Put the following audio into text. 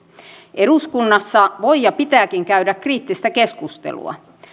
eduskunnassa voi ja pitääkin käydä kriittistä keskustelua